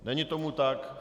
Není tomu tak.